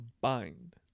bind